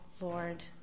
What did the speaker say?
Lord